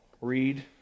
read